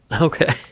okay